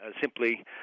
simply